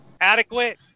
adequate